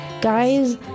Guys